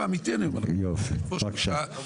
בבקשה.